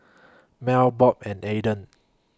Mel Bob and Eden